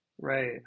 right